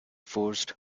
forced